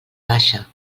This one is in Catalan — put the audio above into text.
baixa